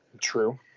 True